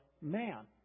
man